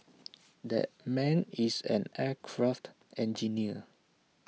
that man is an aircraft engineer